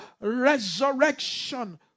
resurrection